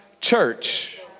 church